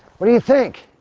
what do you think?